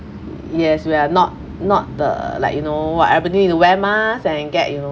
yes we are not not the like you know what everybody need to wear mask so I get you